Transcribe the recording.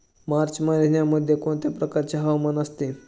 मार्च महिन्यामध्ये कोणत्या प्रकारचे हवामान असते?